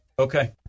Okay